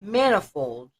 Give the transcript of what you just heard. manifolds